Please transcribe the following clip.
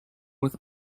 with